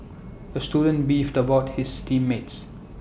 the student beefed about his team mates